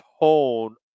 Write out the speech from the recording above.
tone